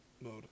mode